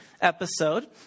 episode